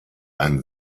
ein